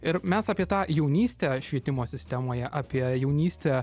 ir mes apie tą jaunystę švietimo sistemoje apie jaunystę